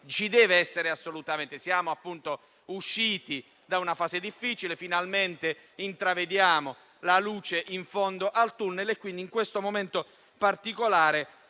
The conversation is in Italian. non deve esserci assolutamente. Siamo usciti da una fase difficile, finalmente intravediamo la luce in fondo al *tunnel,* quindi in questo momento particolare